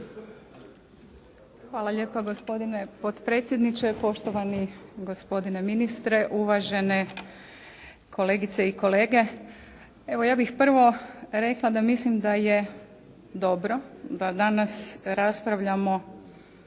Hvala lijepa gospodine potpredsjedniče, poštovani gospodine ministre, uvažene kolegice i kolege. Evo, ja bih prvo rekla da mislim da je dobro da danas raspravljamo